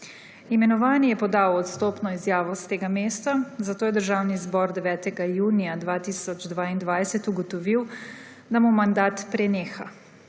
Imenovani je podal odstopno izjavo s tega mesta, zato je Državni zbor 9. junija 2022 ugotovil, da mu mandat preneha.